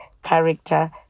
character